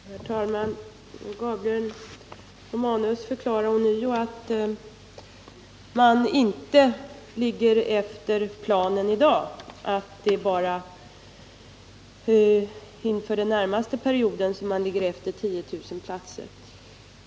Herr talman! Gabriel Romanus förklarade ånyo att man i dag inte ligger efter planen och att man bara beträffande den närmaste perioden ligger efter med 10 000 platser.